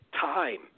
time